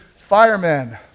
firemen